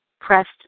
pressed